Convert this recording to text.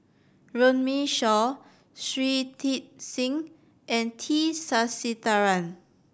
Runme Shaw Shui Tit Sing and T Sasitharan